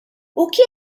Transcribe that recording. que